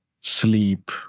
sleep